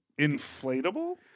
inflatable